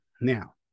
Now